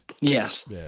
Yes